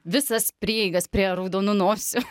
visas prieigas prie raudonų nosių